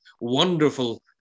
wonderful